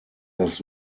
das